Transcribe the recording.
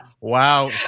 Wow